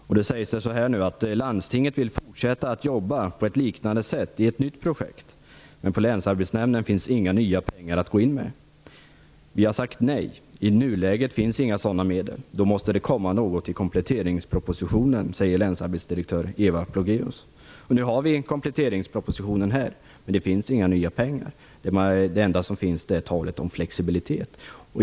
Man säger: Landstinget vill fortsätta att jobba på ett liknande sätt i ett nytt projekt, men på Länsarbetsnämnden finns inga nya pengar att gå in med. Vi har sagt nej. I nuläget finns inga sådana medel. Då måste det komma något i kompletteringspropositionen, säger länsarbetsdirektör Eva Plogéus. Och nu har vi kompletteringspropositionen här, men det finns inga nya pengar. Det enda som finns är talet om flexibilitet.